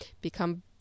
Become